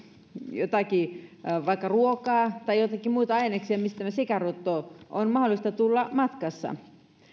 jotakin vaikka ruokaa tai joitakin muita aineksia mistä sikaruton on mahdollista tulla matkassa